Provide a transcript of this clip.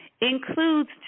includes